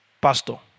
pastor